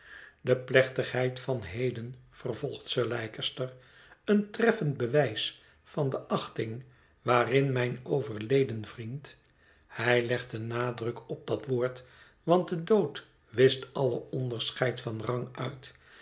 de plechtigheid van heden vervolgt sir leicester een treffend bewijs van de achting waarin mijn overleden vriend hij legt een nadruk op dat woord want de dood wischt alle onderscheid van rang uit